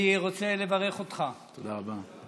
אני רוצה לברך אותך, תודה רבה.